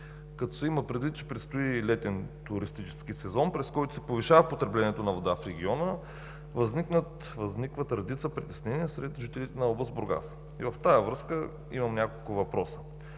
Като се има предвид, че предстои летен туристически сезон, през който се повишава потреблението на вода в региона, възникват редица притеснения сред жителите на област Бургас. И в тази връзка имам няколко въпроса.